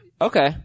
Okay